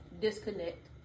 Disconnect